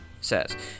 says